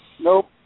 Nope